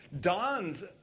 Don's